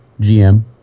gm